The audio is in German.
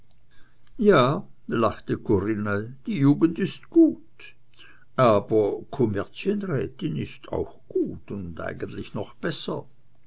ja lachte corinna die jugend ist gut aber kommerzienrätin ist auch gut und eigentlich noch besser